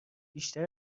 بیشتر